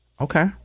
Okay